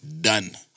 Done